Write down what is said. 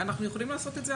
אנחנו יכולים לעשות את זה,